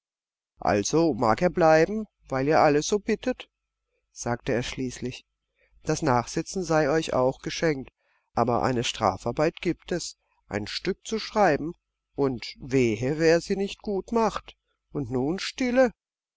also mag er bleiben weil ihr alle so bittet sagte er schließlich das nachsitzen sei euch auch geschenkt aber eine strafarbeit gibt es ein stück zu schreiben und wehe wer sie nicht gut macht und nun stille